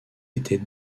était